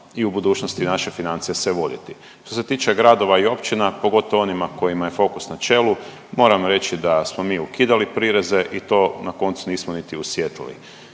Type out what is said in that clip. i u budućnosti naše financije se voditi. Što se tiče gradova i općina, pogotovo onima kojima je Fokus na čelu, moram reći da smo mi ukidali prireze i to na koncu nismo niti osjetili.